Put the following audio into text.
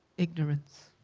ignorance.